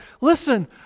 listen